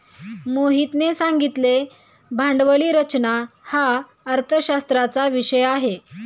मोहितने सांगितले भांडवली रचना हा अर्थशास्त्राचा विषय आहे